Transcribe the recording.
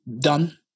done